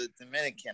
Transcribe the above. Dominican